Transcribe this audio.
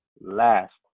last